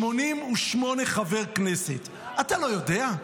חבר כנסת מ-1988, אתה לא יודע?